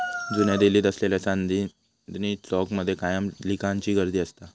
जुन्या दिल्लीत असलेल्या चांदनी चौक मध्ये कायम लिकांची गर्दी असता